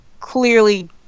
clearly